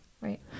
Right